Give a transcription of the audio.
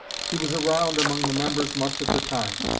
he was around among the members much of the time.